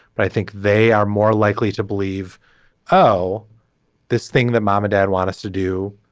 but i think they are more likely to believe oh this thing that mom and dad want us to do.